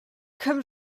comme